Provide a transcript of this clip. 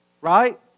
right